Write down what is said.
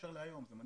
הבן